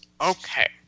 okay